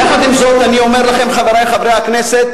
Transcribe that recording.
יחד עם זאת, אני אומר לכם, חברי חברי הכנסת,